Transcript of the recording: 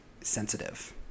sensitive